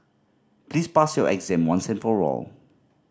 please pass your exam once and for all